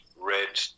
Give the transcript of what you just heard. red